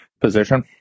position